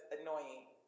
annoying